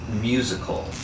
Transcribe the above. musical